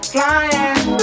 Flying